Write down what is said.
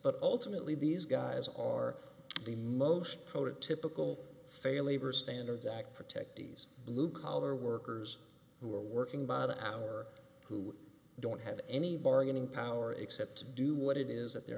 but ultimately these guys are the most prototypical faile labor standards act protect these blue collar workers who are working by the hour who don't have any bargaining power except to do what it is that their